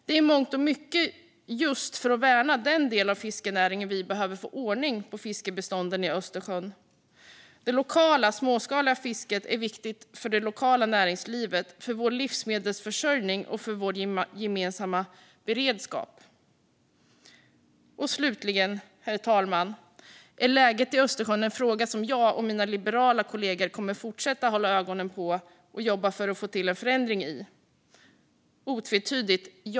Det är i mångt och mycket just för att värna den delen av fiskenäringen som vi behöver få ordning på fiskbestånden i Östersjön. Det lokala småskaliga fisket är viktigt för det lokala näringslivet, för vår livsmedelsförsörjning och för vår gemensamma beredskap. Slutligen, herr talman: Är läget i Östersjön en fråga som jag och mina liberala kollegor kommer att fortsätta hålla ögonen på och jobba för att få till en förändring i? Otvetydigt ja!